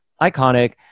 iconic